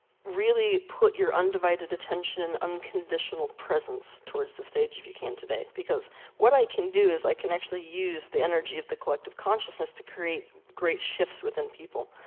really put your undivided attention and unconditional presence towards the stage if you can today. because what i can do is i can actually use the energy of the collective consciousness to create great shifts within people.